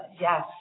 yes